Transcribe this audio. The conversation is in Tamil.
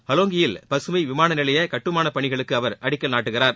ஹாலோங்கியில் பசுமை விமான நிலைய கட்டுமான பணிகளுக்கு அவர் அடிக்கல் நாட்டுகிறார்